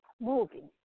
moving